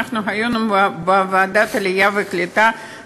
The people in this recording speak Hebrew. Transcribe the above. אנחנו היינו בוועדת העלייה והקליטה,